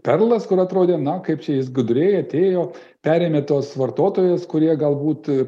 perlas kur atrodė na kaip čia jis gudriai atėjo perėmė tuos vartotojus kurie galbūt